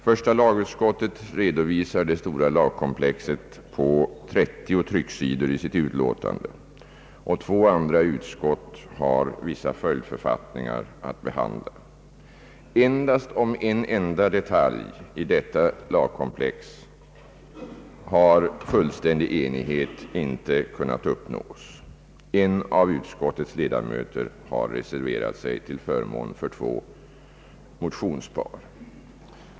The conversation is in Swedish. Första lagutskottet redovisar det stora lagkomplexet på 30 trycksidor i sitt utlåtande, och två andra utskott har vissa följdförfattningar att behandla. Endast om en enda detalj i detta lagkomplex har fullständig enighet inte kunnat uppnås. En av utskottets ledamöter har reserverat sig till förmån för två motionspar.